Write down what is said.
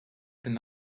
deny